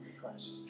Christ